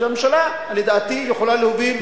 שהממשלה לדעתי יכולה להוביל,